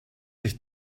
sich